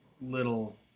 little